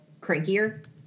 crankier